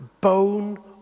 bone